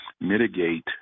mitigate